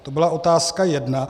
To byla otázka jedna.